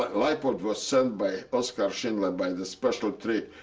but like but was sent by oskar schindler, by the special three,